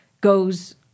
goes